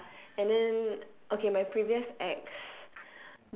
ya and then okay my previous ex